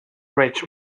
rich